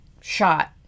shot